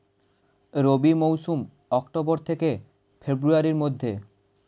রবি মৌসুম অক্টোবর থেকে ফেব্রুয়ারির মধ্যে